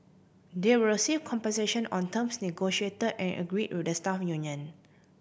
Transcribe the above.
they will receive compensation on terms negotiate and agree with the staff union